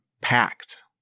packed